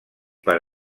per